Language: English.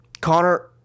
Connor